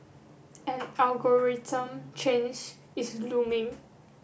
an algorithm change is looming